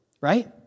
Right